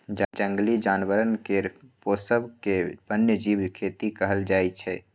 जंगली जानबर केर पोसब केँ बन्यजीब खेती कहल जाइ छै